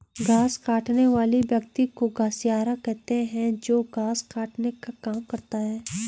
घास काटने वाले व्यक्ति को घसियारा कहते हैं जो घास काटने का काम करता है